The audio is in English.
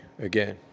again